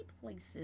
places